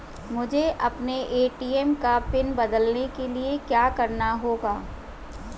मुझे अपने ए.टी.एम का पिन बदलने के लिए क्या करना होगा?